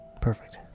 Perfect